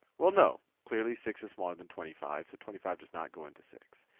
well, no. clearly six is smaller than twenty five, so twenty five does not go into six.